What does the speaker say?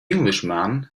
englishman